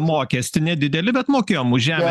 mokestį nedidelį bet mokėjom už žemę